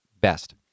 best